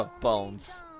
bones